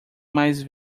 mais